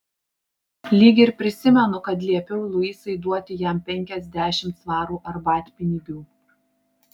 lyg ir prisimenu kad liepiau luisai duoti jam penkiasdešimt svarų arbatpinigių